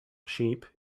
sheep